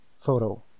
photo